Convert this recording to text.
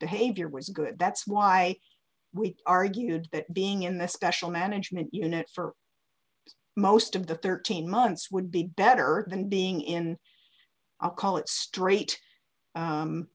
behavior was good that's why we argued that being in the special management unit for most of the thirteen months would be better than being in a college straight